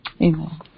Amen